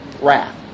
wrath